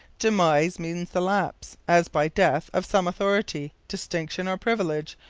demise means the lapse, as by death, of some authority, distinction or privilege,